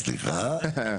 אחד.